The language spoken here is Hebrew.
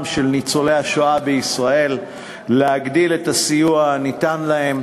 של ניצולי השואה בישראל ולהגדיל את הסיוע הניתן להם.